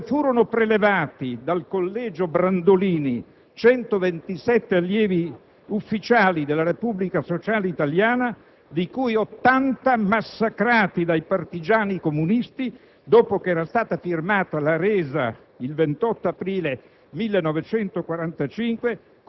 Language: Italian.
in Provincia di Treviso, dove furono prelevati dal collegio Brandolin 127 allievi ufficiali della Repubblica sociale italiana, di cui 80 massacrati dai partigiani comunisti, dopo che era stata firmata la resa il 28 aprile